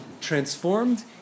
transformed